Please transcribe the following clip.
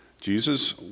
Jesus